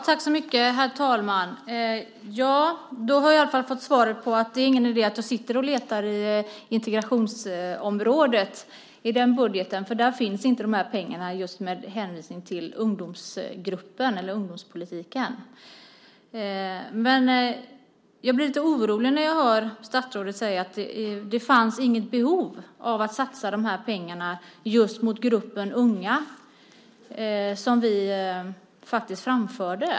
Herr talman! Då har jag i alla fall fått veta att det inte är någon idé att jag letar på integrationsområdet i budgeten, för där finns inte pengarna med hänvisning till just ungdomspolitiken. Men jag blir lite orolig när jag hör statsrådet säga att det inte fanns något behov av att satsa de här pengarna just på gruppen unga, som vi faktiskt framförde.